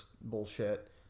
bullshit